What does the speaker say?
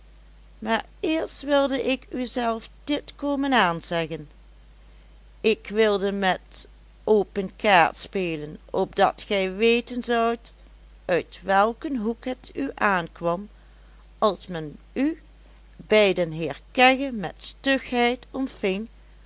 maar eerst wilde ik uzelf dit komen aanzeggen ik wilde met open kaart spelen opdat gij weten zoudt uit welken hoek het u aankwam als men u bij den heer kegge met stugheid ontving